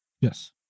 Yes